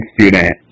student